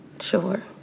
Sure